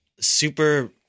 super